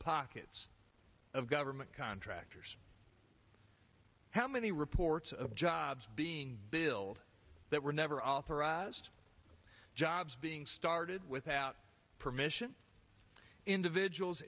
pockets of government contractors how many reports of jobs being billed that were never authorized jobs being started without permission individuals